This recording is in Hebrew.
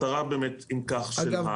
אגב,